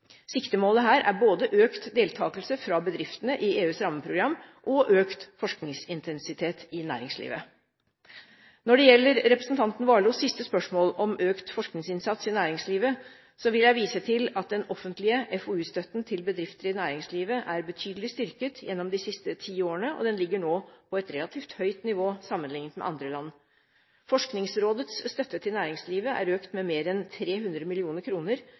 Siktemålet her er både økt deltakelse fra bedriftene i EUs rammeprogram og økt forskningsintensitet i næringslivet. Når det gjelder representanten Warloes siste spørsmål, om økt forskningsinnsats i næringslivet, vil jeg vise til at den offentlige FoU-støtten til bedrifter i næringslivet er betydelig styrket gjennom de siste ti årene, og den ligger nå på et relativt høyt nivå sammenliknet med andre land. Forskningsrådets støtte til næringslivet er økt med mer enn 300